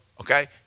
Okay